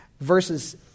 verses